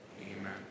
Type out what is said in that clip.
Amen